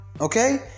okay